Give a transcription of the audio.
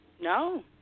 No